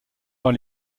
dans